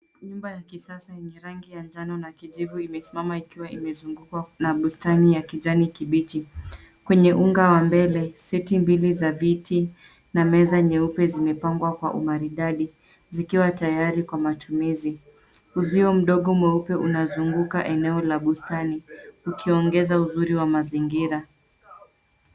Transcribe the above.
Nyumba ya kisasa yenye rangi ya njano na kijivu imesimama ikiwa imezungukwa na bustani ya kijani kibichi. Kwenye unga wa mbele, seti mbili za viti na meza nyeupe zimepambwa kwa umariidadi zikiwa tayari kwa matumizi. Uvio mdogo mweupe unazunguka eneo la bustani, ukiongeza uzuri wa mazingira.